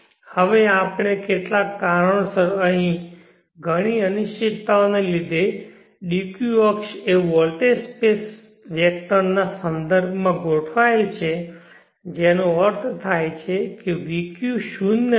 હવે આપણે કેટલાક કારણોસર કહીએ ઘણી અનિશ્ચિતતાઓને લીધે dq અક્ષ એ વોલ્ટેજ સ્પેસ વેક્ટરના સંદર્ભમાં ગોઠવાયેલ છે જેનો અર્થ થાય છે vq શૂન્ય નથી